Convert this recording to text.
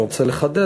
אני רוצה לחדד,